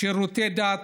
שירותי דת,